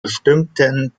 bestimmten